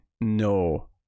no